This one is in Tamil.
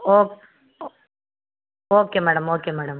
O okay madam okay madam